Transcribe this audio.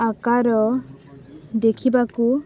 ଆକାର ଦେଖିବାକୁ